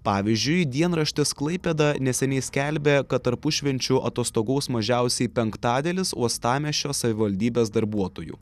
pavyzdžiui dienraštis klaipėda neseniai skelbė kad tarpušvenčiu atostogaus mažiausiai penktadalis uostamiesčio savivaldybės darbuotojų